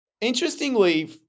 interestingly